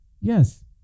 yes